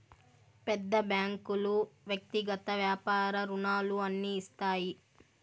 పెద్ద బ్యాంకులు వ్యక్తిగత వ్యాపార రుణాలు అన్ని ఇస్తాయి